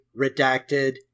redacted